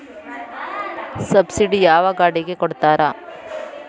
Subsidy ಯಾವ ಗಾಡಿಗೆ ಕೊಡ್ತಾರ?